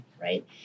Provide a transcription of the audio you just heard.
right